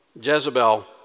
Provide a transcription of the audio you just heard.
Jezebel